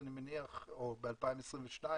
ב-2023-2022,